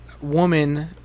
woman